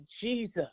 Jesus